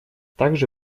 также